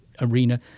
arena